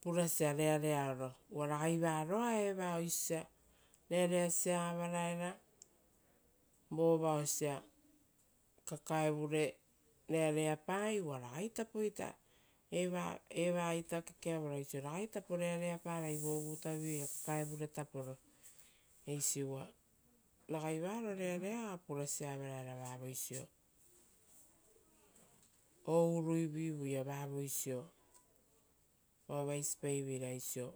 purasia rearea oro. Uva ragai varoa eva oisio osia reareasia avaraera, vora osia kakaevure reareapai uva ragaitapoita kekeavora osio ragaitapo reareaparai vovutaoia kakaevure tapo. Uva ragai varo rearea oa purasia avaraera o uruivivuia vavoisio, uva vaisipaiveira oisio